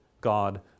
God